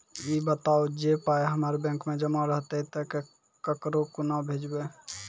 ई बताऊ जे पाय हमर बैंक मे जमा रहतै तऽ ककरो कूना भेजबै?